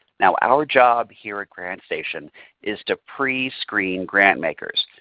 now our job here at grantstation is to prescreen grant makers.